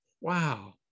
wow